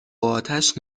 آتش